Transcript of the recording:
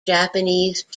japanese